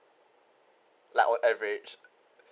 like on average